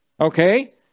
Okay